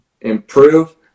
improve